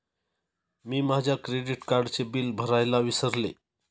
मी माझ्या क्रेडिट कार्डचे बिल भरायला विसरले